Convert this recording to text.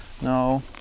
no